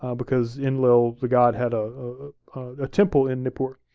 ah because enlil, the god, had a ah ah temple in nippur.